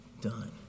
done